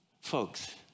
folks